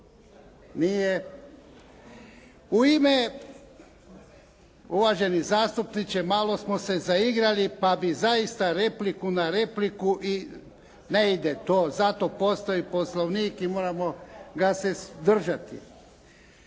Nije. U ime, uvaženi zastupniče malo smo se zaigrali pa bi zaista repliku na repliku i, ne ide to. Zato postoji Poslovnik i moramo ga se držati.